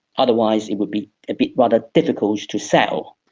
otherwise it would be be rather difficult to sell.